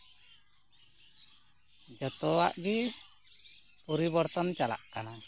ᱡᱚᱛᱚᱣᱟᱜ ᱜᱮ ᱯᱚᱨᱤᱵᱚᱨᱛᱚᱱ ᱪᱟᱞᱟᱜ ᱠᱟᱱᱟ